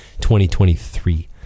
2023